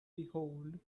behold